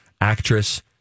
Actress